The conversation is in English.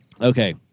Okay